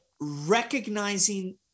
recognizing